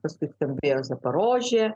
paskui skambėjo zaporožė